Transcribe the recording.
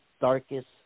darkest